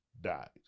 died